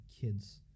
kids